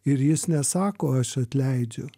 ir jis nesako aš atleidžiu